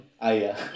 Aya